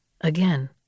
again